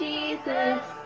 Jesus